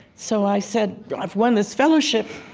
so i said, i've won this fellowship.